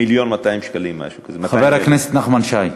1.2 מיליון שקלים, משהו כזה, חבר הכנסת נחמן שי,